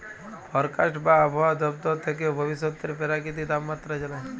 forecast বা আবহাওয়া দপ্তর থ্যাকে ভবিষ্যতের পেরাকিতিক তাপমাত্রা জালায়